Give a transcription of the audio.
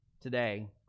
today